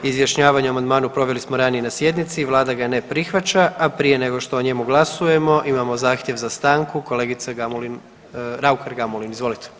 Izjašnjavanje o amandmanu proveli smo ranije na sjednici Vlada ga ne prihvaća a prije nego što o njemu glasujemo imamo zahtjev za stanku kolegica Raukar-Gamulin, izvolite.